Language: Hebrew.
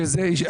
שזה,